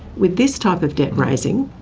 with this type of debt raising,